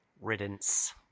riddance